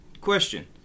question